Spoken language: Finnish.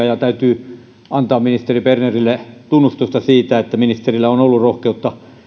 ja täytyy antaa ministeri bernerille tunnustusta siitä että ministerillä on ollut rohkeutta